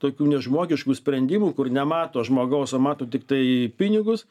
tokių nežmogiškų sprendimų kur nemato žmogaus o mato tiktai pinigus